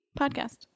Podcast